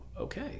Okay